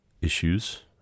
issues